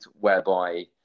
whereby